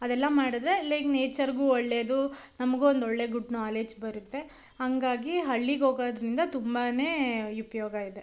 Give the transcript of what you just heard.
ಅದೆಲ್ಲ ಮಾಡಿದ್ರೆ ಲೈಕ್ ನೇಚರ್ಗೂ ಒಳ್ಳೆಯದು ನಮ್ಗೂ ಒಂದು ಒಳ್ಳೆಯ ಗುಡ್ ನಾಲೇಜ್ ಬರುತ್ತೆ ಹಂಗಾಗಿ ಹಳ್ಳಿಗೋಗೋದರಿಂದ ತುಂಬಾ ಉಪ್ಯೋಗ ಇದೆ